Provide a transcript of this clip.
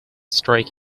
strike